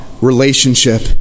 relationship